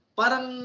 parang